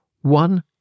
one